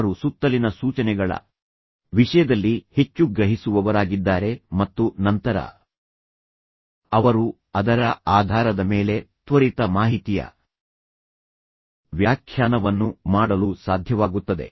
ಅವರು ಸುತ್ತಲಿನ ಸೂಚನೆಗಳ ವಿಷಯದಲ್ಲಿ ಹೆಚ್ಚು ಗ್ರಹಿಸುವವರಾಗಿದ್ದಾರೆ ಮತ್ತು ನಂತರ ಅವರು ಅದರ ಆಧಾರದ ಮೇಲೆ ತ್ವರಿತ ಮಾಹಿತಿಯ ವ್ಯಾಖ್ಯಾನವನ್ನು ಮಾಡಲು ಸಾಧ್ಯವಾಗುತ್ತದೆ